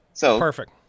Perfect